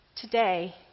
Today